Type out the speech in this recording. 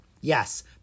Yes